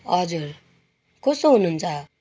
हजुर कस्तो हुनुहुन्छ